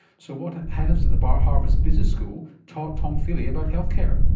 so what has the but harvard business school taught tom feeley about healthcare?